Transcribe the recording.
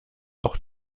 auch